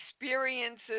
experiences